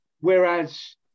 Whereas